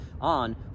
on